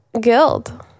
guild